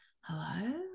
hello